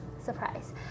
surprise